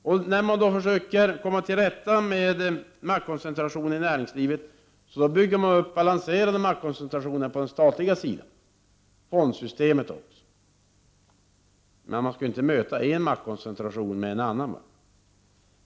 Och när man försöker komma till rätta med maktkoncentrationen i näringslivet, bygger man upp balanserande maktkoncent 33 rationer på den statliga sidan — även fondsystemet. Men man skall inte möta en maktkoncentration med en annan.